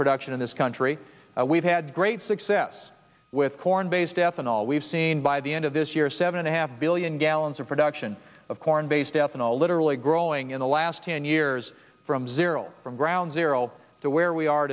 production in this country we've had great success with corn based ethanol we've seen by the end of this year seven and a half billion gallons of production of corn based ethanol literally growing in the last ten years from zero from ground zero to where we are